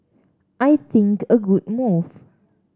I think a good move